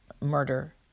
murder